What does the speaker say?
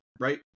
right